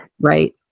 right